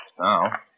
now